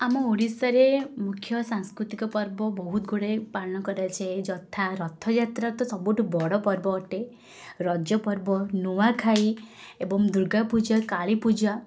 ଆମ ଓଡ଼ିଶାରେ ମୁଖ୍ୟ ସାଂସ୍କୃତିକ ପର୍ବ ବହୁତ ଗୁଡ଼େ ପାଳନ କରାଯାଏ ଯଥା ରଥଯାତ୍ରା ତ ସବୁଠୁ ବଡ଼ ପର୍ବ ଅଟେ ରଜପର୍ବ ନୂଆଖାଇ ଏବଂ ଦୁର୍ଗାପୂଜା କାଳୀପୂଜା